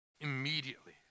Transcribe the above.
immediately